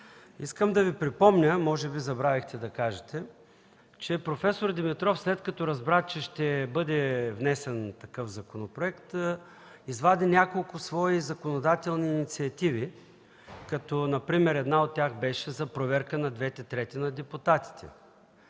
Искам да Ви припомня, може би забравихте да кажете, че проф. Димитров, след като разбра, че ще бъде внесен такъв законопроект, извади няколко свои законодателни инициативи, като например една от тях беше за проверка на двете трети на депутатите.